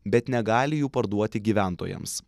bet negali jų parduoti gyventojams